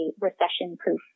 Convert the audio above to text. recession-proof